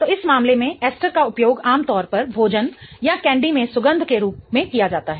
तो इस मामले में एस्टर का उपयोग आमतौर पर भोजन या कैंडी में सुगंध के रूप में किया जाता है